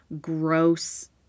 gross